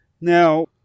Now